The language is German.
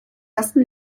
ersten